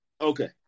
Okay